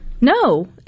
No